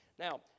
Now